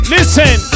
Listen